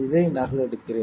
இதை நகலெடுக்கிறேன்